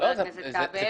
חבר הכנסת כבל,